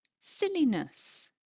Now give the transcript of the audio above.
silliness